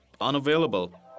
unavailable